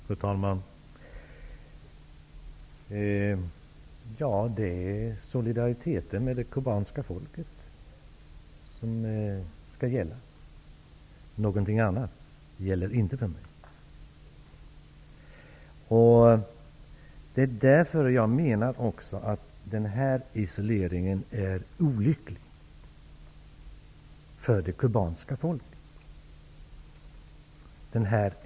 Fru talman! Det är solidariteten med det kubanska folket som skall gälla. Någonting annat gäller inte för mig. Det är också därför jag menar att den här isoleringen är olycklig för det kubanska folket.